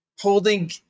holding